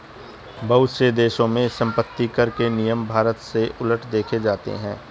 बहुत से देशों में सम्पत्तिकर के नियम भारत से उलट देखे जाते हैं